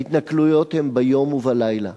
ההתנכלויות הן ביום ובלילה.